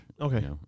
Okay